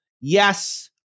yes